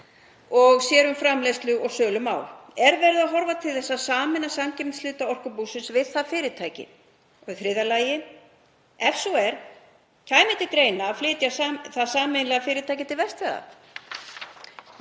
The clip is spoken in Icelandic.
og sér um framleiðslu- og sölumál. Er verið að horfa til þess að sameina samkeppnishluta orkubúsins við það fyrirtæki? Og í þriðja lagi: Ef svo er, kæmi til greina að flytja það sameiginlega fyrirtæki til Vestfjarða?